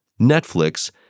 Netflix